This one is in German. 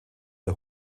der